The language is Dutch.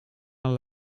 een